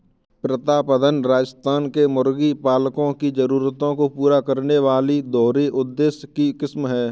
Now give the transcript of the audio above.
प्रतापधन राजस्थान के मुर्गी पालकों की जरूरतों को पूरा करने वाली दोहरे उद्देश्य की किस्म है